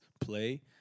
play